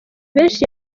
benshi